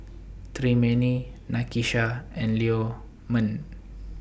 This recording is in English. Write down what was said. Tremaine Nakisha and Leo Meng